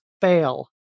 fail